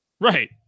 Right